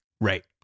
right